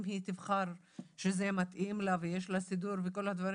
אם היא תבחר שזה מתאים לה ויש לה סידור וכל הדברים.